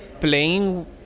playing